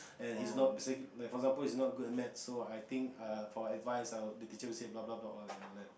and he's not say like for example he's not good at Math so I think err for advice I'll the teacher would say blah blah blah all and all that